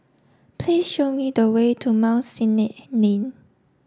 please show me the way to Mount Sinai Lane